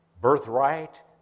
birthright